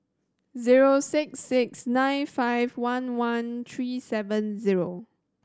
zero six six nine five one one three seven zero